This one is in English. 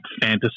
fantasy